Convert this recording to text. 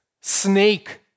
snake